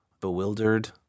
bewildered